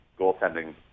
goaltending